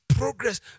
Progress